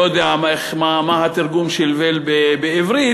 מה התרגום של veil בעברית?